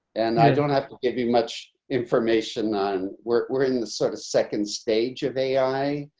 and i don't have to give me much information on we're in the sort of second stage of ai,